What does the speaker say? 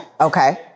Okay